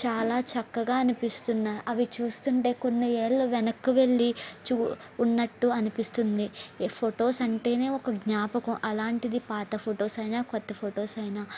చాలా చక్కగా అనిపిస్తున్న అవి చూస్తుంటే కొన్ని ఏళ్ళు వెనక్కు వెళ్ళి చూ ఉన్నట్టు అనిపిస్తుంది ఫోటోస్ అంటేనే ఒక జ్ఞాపకం అలాంటిది పాత ఫోటోస్ అయినా క్రొత్త ఫోటోస్ అయినా